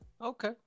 Okay